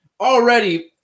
already